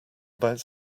about